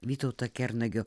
vytauto kernagio